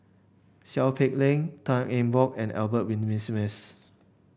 Seow Peck Leng Tan Eng Bock and Albert Winsemius